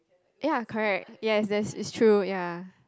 ya correct yes that's is true ya